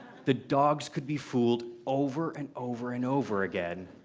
the dogs could be fooled over and over and over again,